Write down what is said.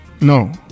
No